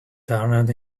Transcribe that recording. turned